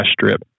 strip